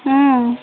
हाँ